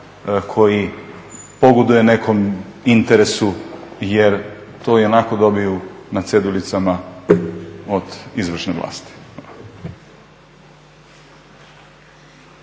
koji pogoduje nekom interesu jer to i onako dobiju na ceduljicama od izvršne vlasti.